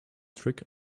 trick